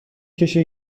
کشه